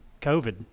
COVID